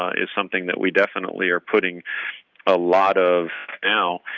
is something that we definitely are putting a lot of now,